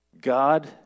God